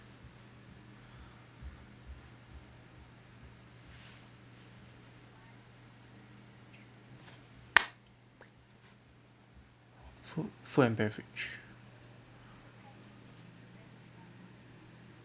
food food and beverage